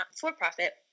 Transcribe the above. for-profit